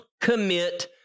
commit